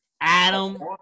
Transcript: Adam